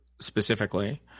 specifically